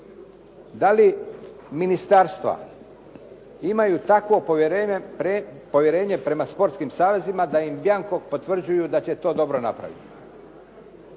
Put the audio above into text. Da li ministarstva imaju takvo povjerenje prema sportskim saveza da im bianco potvrđuju da će to dobro napraviti?